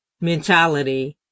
mentality